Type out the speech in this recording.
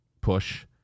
push